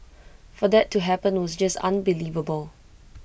for that to happen was just unbelievable